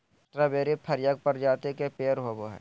strawberry फ्रगार्य प्रजाति के पेड़ होव हई